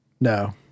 No